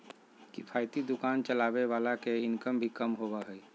किफायती दुकान चलावे वाला के इनकम भी कम होबा हइ